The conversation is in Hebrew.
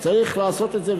וצריך לעשות את זה,